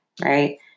right